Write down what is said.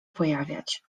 pojawiać